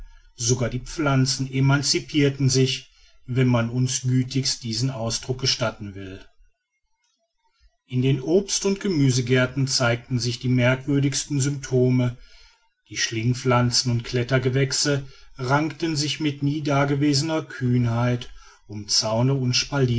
sogar die pflanzen emancipirten sich wenn man uns gütigst diesen ausdruck gestatten will in den obst und